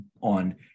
on